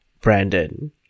Brandon